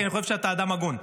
כי אני חושב שאתה אדם הגון.